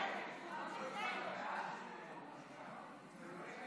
נציג ציבור התומך במאבק מזוין